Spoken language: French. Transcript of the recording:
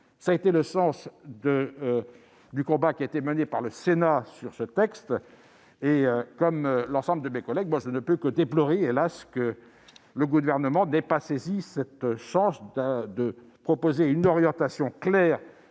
Ce fut le sens du combat mené par le Sénat sur ce texte et, comme l'ensemble de mes collègues, je ne puis que déplorer que le Gouvernement n'ait pas saisi cette chance de proposer une orientation claire,